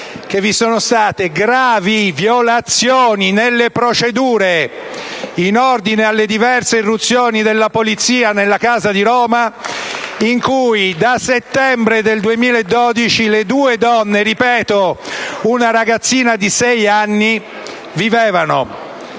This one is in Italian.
che vi sono state gravi violazioni nelle procedure in ordine alle diverse irruzioni della polizia nella casa di Roma in cui, da settembre del 2012, le due donne (una delle quali, lo ripeto, è una ragazzina di sei anni) vivevano.